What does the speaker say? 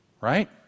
right